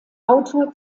autor